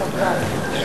לסבן, לסבן.